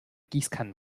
gießkannen